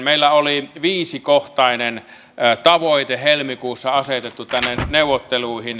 meillä oli viisikohtainen tavoite helmikuussa asetettu tänne neuvotteluihin